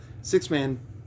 six-man